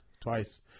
Twice